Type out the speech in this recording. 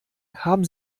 haben